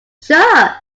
sure